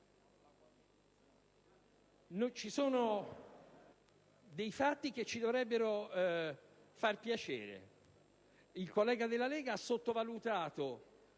Ci sono dei fatti che ci dovrebbero far piacere. Il collega della Lega ha sottovalutato